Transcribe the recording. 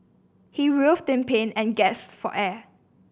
he writhed in pain and gasped for air